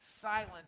silent